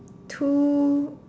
two